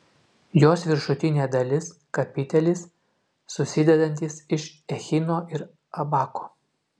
jos viršutinė dalis kapitelis susidedantis iš echino ir abako